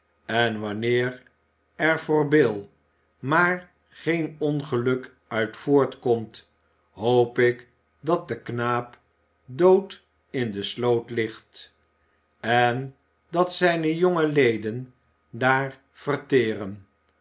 en wanneer er voor bill maar geen ongeluk uit voortkomt hoop ik dat de knaap dood in de sloot ligt en dat zijne jonge leden daar verteren